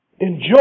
enjoy